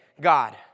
God